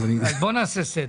אז בוא נעשה סדר.